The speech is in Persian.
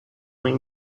این